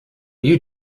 you